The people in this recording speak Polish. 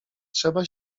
trzeba